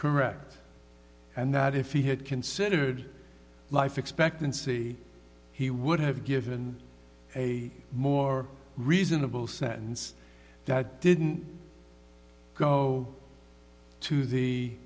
correct and that if he had considered life expectancy he would have given a more reasonable sentence that didn't go to the